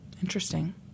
Interesting